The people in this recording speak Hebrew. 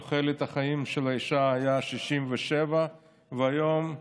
תוחלת החיים של אישה הייתה 67, והיום היא